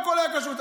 הכול היה קשור.